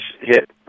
hit